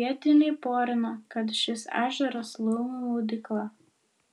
vietiniai porina kad šis ežeras laumių maudykla